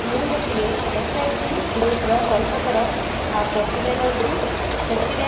ମୁଁ ଗୋଟିଏ S H G ଗ୍ରୁପର ବୈଠକର ପ୍ରେସିଡ଼େଣ୍ଟ ଅଛି ସେଥିରେ